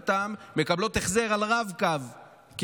התשפ"ד 2023,